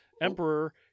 Emperor